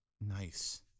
Nice